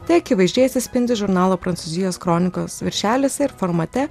tai akivaizdžiai atsispindi žurnalo prancūzijos kronikos viršeliuose ir formate